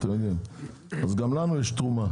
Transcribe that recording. כך שגם לנו יש תרומה.